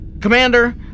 Commander